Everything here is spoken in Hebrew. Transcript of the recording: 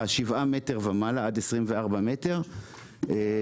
שזה שבעה מטר עד 24 מטר - מוסדר היום,